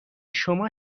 شما